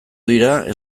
dira